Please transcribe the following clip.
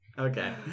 Okay